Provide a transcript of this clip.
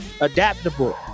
adaptable